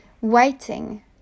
waiting